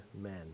men